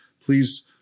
please